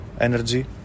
energy